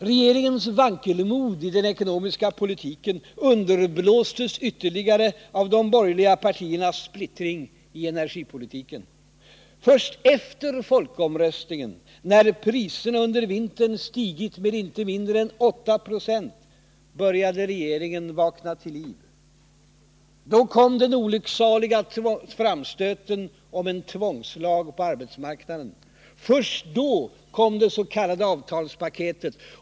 Regeringens vankelmod i den ekonomiska politiken underblåstes ytterligare av de borgerliga partiernas splittring i energipolitiken. Först efter folkomröstningen, när priserna under vintern stigit med inte mindre än 8 96, började regeringen vakna till liv. Då kom den olycksaliga framstöten om en tvångslag på arbetsmarknaden. Först då kom det s.k. avtalspaketet.